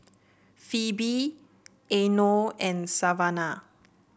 Phebe Eino and Savanah